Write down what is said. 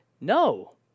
No